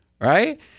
Right